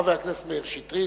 חבר הכנסת מאיר שטרית,